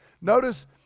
Notice